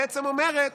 בעצם אומרת